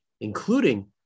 including